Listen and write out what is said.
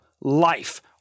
life